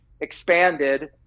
expanded